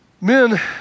men